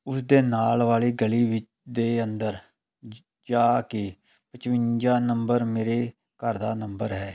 ਉਸ ਦੇ ਨਾਲ ਵਾਲੀ ਗਲੀ ਵਿੱਚ ਦੇ ਅੰਦਰ ਜਾ ਕੇ ਪਚਵੰਜਾ ਨੰਬਰ ਮੇਰੇ ਘਰ ਦਾ ਨੰਬਰ ਹੈ